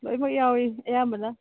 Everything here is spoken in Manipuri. ꯂꯣꯏꯃꯛ ꯌꯥꯎꯏ ꯑꯌꯥꯝꯕꯅ